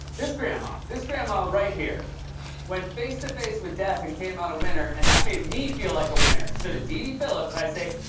this grandma this grandma right here went face-to-face with death and came out a winner, and that made me feel like a winner. so, to dede phillips, i say,